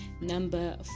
Number